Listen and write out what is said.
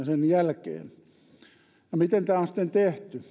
sen jälkeen no miten tämä on sitten tehty